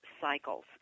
cycles